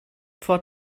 vor